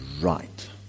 right